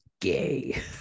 gay